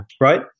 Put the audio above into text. Right